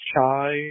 Chai